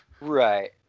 Right